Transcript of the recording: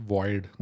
Void